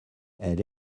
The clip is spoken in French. elle